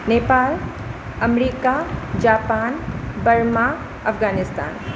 Nepal America Japan Burma Afghanistan